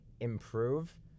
improve